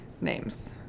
names